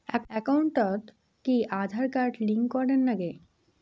একাউন্টত কি Aadhaar card link করের নাগে?